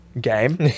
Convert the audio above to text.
game